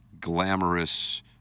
glamorous